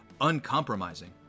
uncompromising